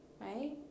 Right